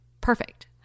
perfect